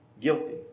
guilty